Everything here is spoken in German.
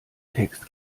text